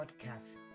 podcast